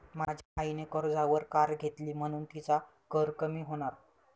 माझ्या आईने कर्जावर कार घेतली म्हणुन तिचा कर कमी होणार